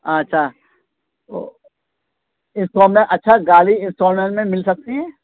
اچھا تو اس شاپ میں اچھا گاڑی انسٹالمنٹ میں مل سکتی ہیں